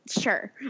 Sure